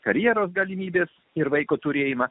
karjeros galimybes ir vaiko turėjimą